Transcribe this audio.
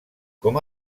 com